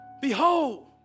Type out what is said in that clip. Behold